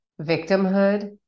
victimhood